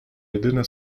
jedyne